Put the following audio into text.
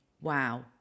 Wow